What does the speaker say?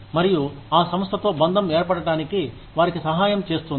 మరియు ఆ సంస్థతో బంధం ఏర్పడటానికి వారికి సహాయం చేస్తుంది